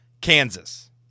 Kansas